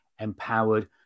empowered